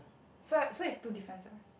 so so it's two difference ah